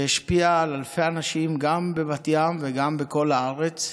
שהשפיעה על אלפי אנשים, גם בבת ים וגם בכל הארץ.